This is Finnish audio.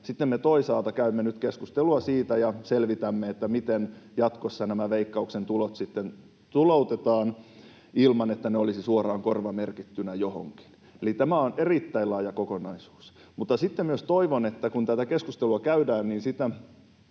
sitten me toisaalta käymme nyt keskustelua siitä ja selvitämme, miten nämä Veikkauksen tulot jatkossa tuloutetaan ilman, että ne olisivat suoraan korvamerkittynä johonkin. Eli tämä on erittäin laaja kokonaisuus. Mutta sitten totean myös, että kun tätä keskustelua käydään, niin tässä